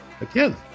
again